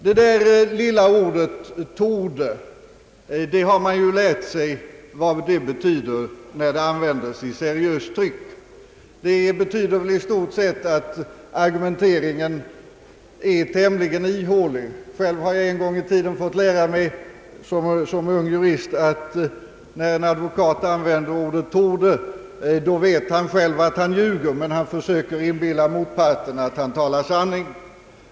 Vi har lärt oss vad det lilla ordet »torde» betyder när det används i seriöst tryck. Det betyder i stort sett att argumentationen är tämligen ihålig. Själv har jag en gång i tiden som ung jurist fått lära mig, att när en advokat använder ordet »torde», då vet han själv att han ljuger medan han försöker få motparten att tro att han talar sanning.